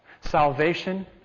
salvation